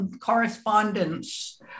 correspondence